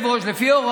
בזכות ולא